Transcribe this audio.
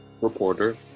reporter